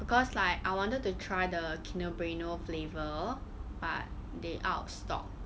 because like I wanted to try the Kinder Bueno flavour but they out of stock